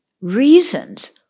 reasons